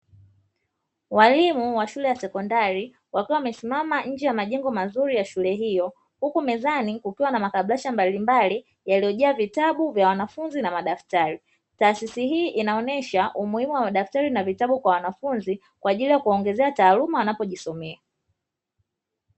Walimu wa shule ya sekondari wakiwawamesimama nje ya majengo mazuri ya shule hiyo huku mezeni kukiwa na makablasha mbalimbali yaliyojaa vitabu vya wanafunzi na madaftari, tasisi hii inaonyesha umuhim wa madaftari na vitabu kwa wanafunzi kwa ajili ya kuwaongezea taaluma wanapojisomea.